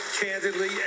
candidly